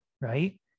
right